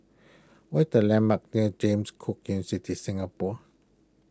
what the landmarks near James Cook Singapore